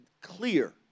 clear